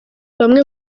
bamwe